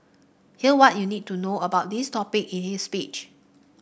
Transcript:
here what you need to know about these topic in his speech